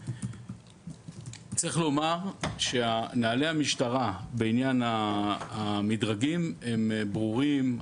צריך לומר שנוהלי המשטרה בעניין המדרגים הם ברורים,